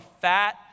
fat